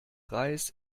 reis